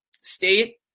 state